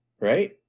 right